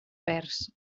verds